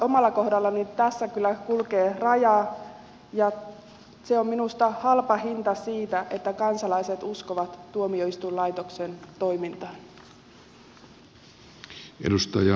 omalla kohdallani tässä kyllä kulkee raja ja se on minusta halpa hinta siitä että kansalaiset uskovat tuomioistuinlaitoksen toimintaan